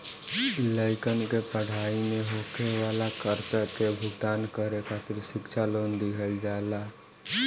लइकन के पढ़ाई में होखे वाला खर्चा के भुगतान करे खातिर शिक्षा लोन दिहल जाला